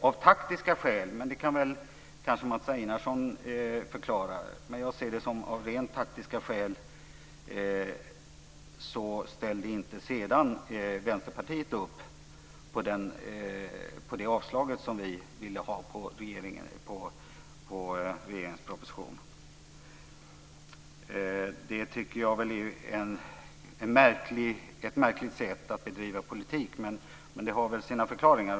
Efter det ställde Vänsterpartiet - av rent taktiska skäl, som jag ser det, men det kan kanske Mats Einarsson förklara - inte upp på det avslag på regeringens proposition som vi ville ha. Jag tycker att det är ett märkligt sätt att bedriva politik, men det har väl sina förklaringar.